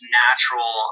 natural